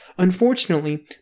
Unfortunately